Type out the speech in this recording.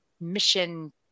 mission